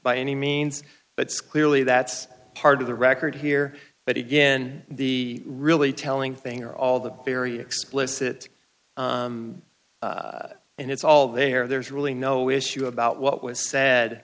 by any means but squarely that's part of the record here but again the really telling thing are all the very explicit and it's all there there's really no issue about what was